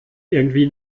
irgendwie